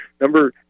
number